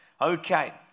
Okay